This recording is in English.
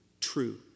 true